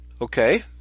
Okay